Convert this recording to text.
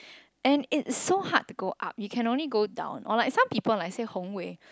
and it so hard to go up you can only go down or like some people like say Hong-Wei